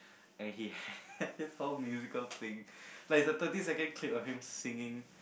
and he had this whole musical thing like it's a thirty seconds clip of him singing